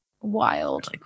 wild